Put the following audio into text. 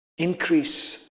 Increase